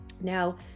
now